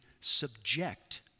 subject